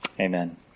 Amen